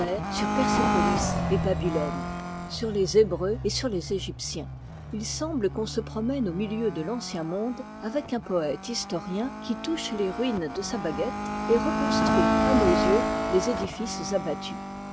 sur persépolis et babylone sur les hébreux et sur les égyptiens il semble qu'on se promène au milieu de l'ancien monde avec un poëte historien qui touche les ruines de sa ba guette et reconstruit à nos yeux les édifices abattus